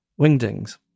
wingdings